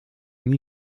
nie